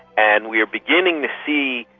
and we are beginning to see,